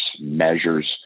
measures